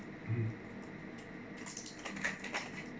mm